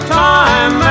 time